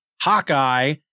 Hawkeye